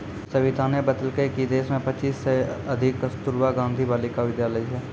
सविताने बतेलकै कि देश मे पच्चीस सय से अधिक कस्तूरबा गांधी बालिका विद्यालय छै